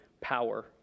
power